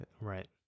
Right